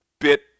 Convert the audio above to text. bit